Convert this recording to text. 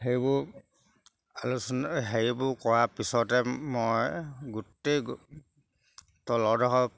সেইবোৰ আলোচনা হেৰিবোৰ কৰা পিছতে মই গোটেই তলৰডোখৰ